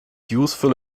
useful